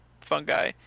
fungi